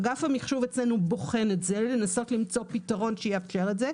אגף המחשוב אצלנו בוחן את זה לנסות למצוא פתרון שיאפשר את זה.